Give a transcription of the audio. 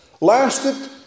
lasted